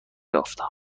یافتم